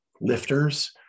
lifters